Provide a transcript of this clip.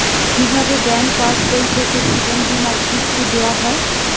কি ভাবে ব্যাঙ্ক পাশবই থেকে জীবনবীমার কিস্তি দেওয়া হয়?